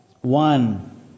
One